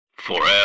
Forever